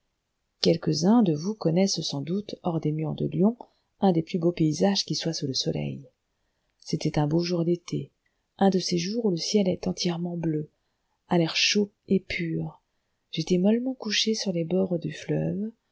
quelques-uns de vous connaissent sans doute hors des murs de lyon un des plus beaux paysages qui soient sous le soleil c'était un jour d'été un de ces jours où le ciel est entièrement bleu à l'air chaud et pur j'étais mollement couché sur les bords du fleuve